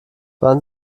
wann